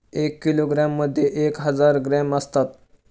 एक किलोग्रॅममध्ये एक हजार ग्रॅम असतात